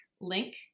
link